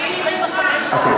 עד 25 דקות.